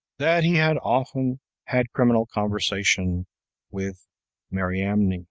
that he had often had criminal conversation with mariamne.